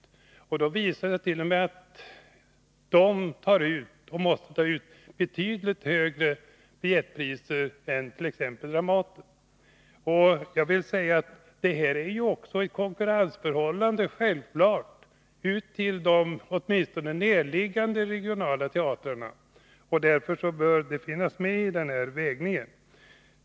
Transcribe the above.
En jämförelse visar att de regionala teatrarna måste ta ut betydligt högre biljettpriser än vad t.ex. Dramaten gör. Det råder självfallet ett konkurrensförhållande mellan de centrala institutionerna och åtminstone de näraliggande regionala teatrarna, och det är något som bör finnas med i denna avvägning.